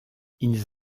ils